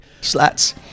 Slats